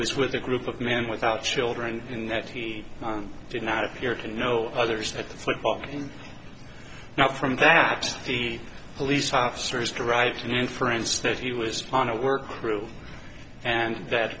was with a group of men without children and that he did not appear to know others at the football game now from that the police officers derive an inference that he was on a work crew and that